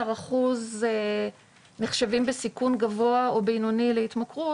אחוז נחשבים בסיכון גבוה או בינוני להתמכרות.